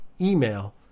email